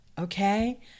okay